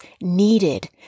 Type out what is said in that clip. needed